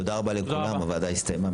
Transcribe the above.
תודה רבה לכולם, הוועדה הסתיימה.